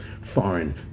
foreign